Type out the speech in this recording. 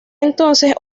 entonces